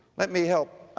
let me help, ah,